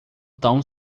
tão